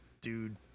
dude